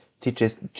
teaches